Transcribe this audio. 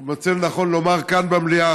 שאני מוצא לנכון לומר כאן במליאה.